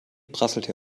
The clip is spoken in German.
prasselte